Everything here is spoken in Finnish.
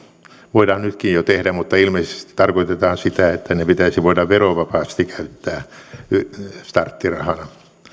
voidaan nytkin jo tehdä mutta ilmeisesti tarkoitetaan sitä että ne pitäisi voida verovapaasti käyttää starttirahana